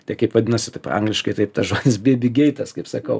tai kaip vadinasi taip angliškai taip tas žodis beibigeitas kaip sakau